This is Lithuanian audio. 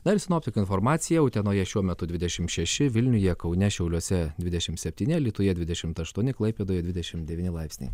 na ir sinoptikų informaciją utenoje šiuo metu dvidešimt šeši vilniuje kaune šiauliuose dvidešimt septyni alytuje dvidešimt aštuoni klaipėdoje dvidešimt devyni laipsniai